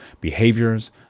behaviors